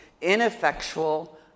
ineffectual